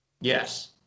Yes